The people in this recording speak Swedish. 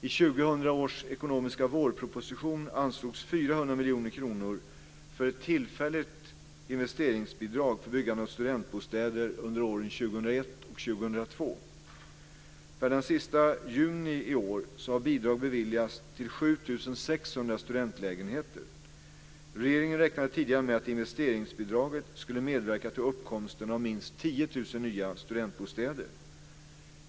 I 2000 års ekonomiska vårproposition anslogs 400 miljoner kronor för ett tillfälligt investeringsbidrag för byggande av studentbostäder under åren 2001 och 2002. Per den sista juni i år har bidrag beviljats till 7 600 studentlägenheter. Regeringen räknade tidigare med att investeringsbidraget skulle medverka till uppkomsten av minst 10 000 nya studentbostäder.